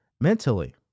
mentally